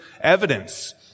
evidence